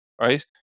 right